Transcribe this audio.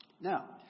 Now